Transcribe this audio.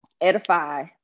edify